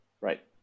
Right